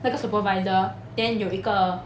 那个 supervisor then 有一个